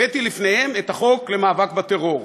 הבאתי לפניהם את החוק למאבק בטרור.